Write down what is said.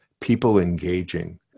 people-engaging